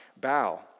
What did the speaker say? bow